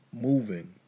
moving